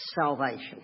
salvation